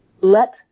let